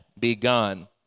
begun